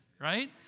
right